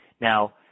Now